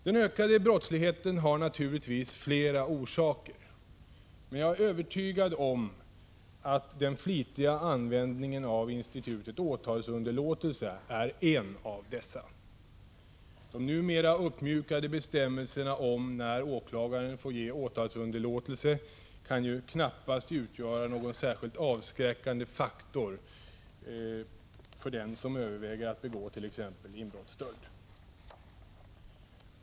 Den ökade brottsligheten har naturligtvis flera orsaker. Men jag är övertygad om att den flitiga användningen av institutet åtalsunderlåtelse är en av dessa. De numera uppmjukade bestämmelserna om när åklagaren får ge åtalsunderlåtelse kan ju knappast utgöra någon särskilt avskräckande faktor för den som överväger att begå t.ex. inbrottsstöld.